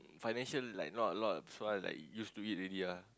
financial like not a lot so I like used to it already ah